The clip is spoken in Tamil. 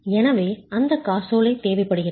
எனவே அந்த காசோலை தேவைப்படுகிறது